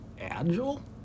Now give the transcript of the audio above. agile